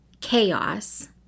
chaos